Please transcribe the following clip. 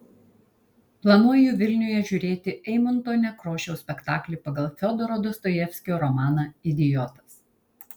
planuoju vilniuje žiūrėti eimunto nekrošiaus spektaklį pagal fiodoro dostojevskio romaną idiotas